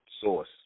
source